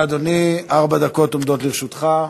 בבקשה, אדוני, ארבע דקות עומדות לרשותך.